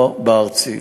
ולא בארצית.